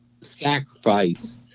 sacrifice